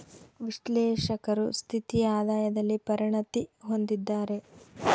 ವಿಶ್ಲೇಷಕರು ಸ್ಥಿರ ಆದಾಯದಲ್ಲಿ ಪರಿಣತಿ ಹೊಂದಿದ್ದಾರ